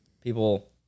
people